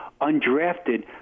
undrafted